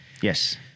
Yes